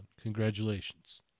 congratulations